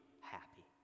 happy